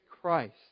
Christ